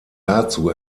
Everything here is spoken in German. dazu